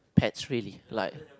pet really like